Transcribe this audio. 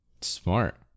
Smart